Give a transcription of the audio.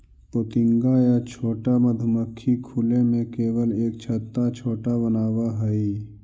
पोतिंगा या छोटा मधुमक्खी खुले में केवल एक छत्ता छोटा बनावऽ हइ